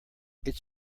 it’s